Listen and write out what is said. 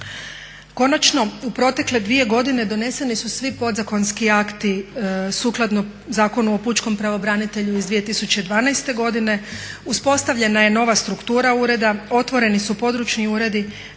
Konačno, u protekle dvije godine doneseni su svi podazakonski akti sukladno Zakonu o pučkom pravobranitelju iz 2012.godine, uspostavljena je nova struktura ureda, otvoreni su područni uredi,